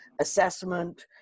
assessment